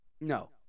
No